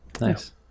nice